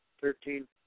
thirteen